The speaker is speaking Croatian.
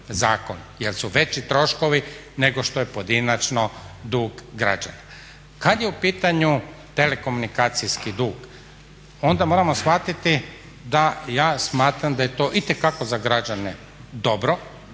jer su veći troškovi nego što je pojedinačno dug građana. Kada je u pitanju telekomunikcijski dug onda moramo shvatiti da ja smatram da je to itekako za građane dobro